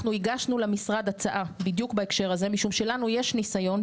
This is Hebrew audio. אנחנו הגשנו למשרד הצעה בדיוק בהקשר הזה משום שלנו יש ניסיון,